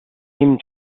seemed